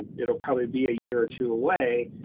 it'll probably be a year or two away,